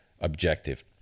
objective